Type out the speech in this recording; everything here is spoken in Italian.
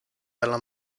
dalla